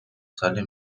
ساله